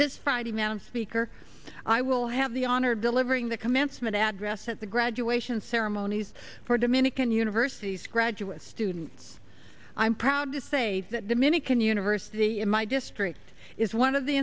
this friday noun speaker i will have the honor of delivering the commencement address at the graduation ceremonies for dominican university's graduate students i'm proud to say that dominican university in my district is one of the